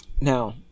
Now